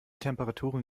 temperaturen